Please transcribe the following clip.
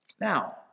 Now